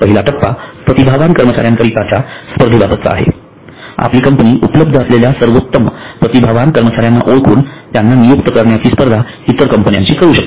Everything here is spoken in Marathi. पुढील टप्पा प्रतिभावान कर्मचाऱ्यांकरिताच्या स्पर्धेबाबतचा आहे आपली कंपनी उपलब्ध असलेल्या सर्वोत्तम प्रतिभावान कर्मचाऱ्यांना ओळखून त्यांना नियुक्त करण्याची स्पर्धा इतर कंपन्यांशी करू शकते